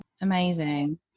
Amazing